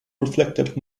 reflected